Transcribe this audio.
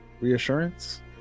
Reassurance